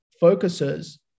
focuses